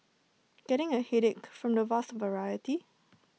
getting A headache from the vast variety